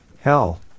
Hell